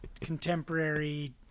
contemporary